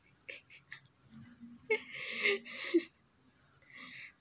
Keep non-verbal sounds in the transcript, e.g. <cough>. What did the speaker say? <laughs>